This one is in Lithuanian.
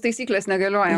taisykles negalioja